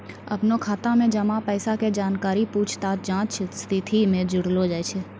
अपनो खाता मे जमा पैसा के जानकारी पूछताछ जांच स्थिति से जुड़लो छै